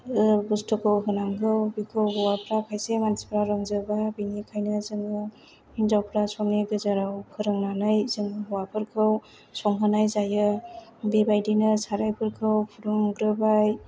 बुस्थुखौ होनांगौ बेखौ हौवाफ्रा खायसे मानसिफ्रा रोंजोबा बेनिखायनो जोङो हिन्जावफ्रा संनाय गेजेराव फोरोंनानै जों हौवाफोरखौ संहोनाय जायो बेबायदिनो सारायफोरखौ फुदुंग्रोबाय आरो